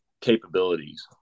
capabilities